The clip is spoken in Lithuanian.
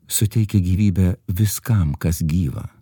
suteikia gyvybę viskam kas gyva